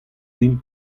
din